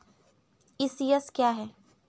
ECS क्या है?